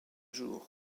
jour